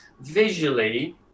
Visually